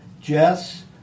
Jess